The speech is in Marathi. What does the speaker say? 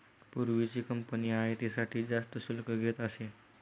पूर्वीची कंपनी आयातीसाठी जास्त शुल्क घेत असे